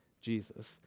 Jesus